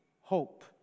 hope